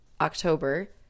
October